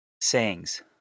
Sayings